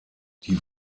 die